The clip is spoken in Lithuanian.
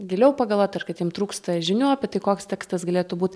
giliau pagalvot ar kad jiem trūksta žinių apie tai koks tekstas galėtų būt